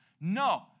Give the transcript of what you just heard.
No